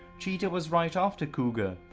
cheetah was right after cougar.